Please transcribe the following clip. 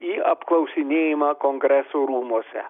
į apklausinėjimą kongreso rūmuose